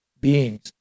beings